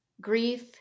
grief